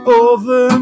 over